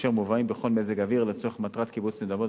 אשר מובאים בכל מזג אוויר למטרת קיבוץ נדבות,